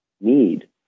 need